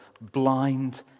blind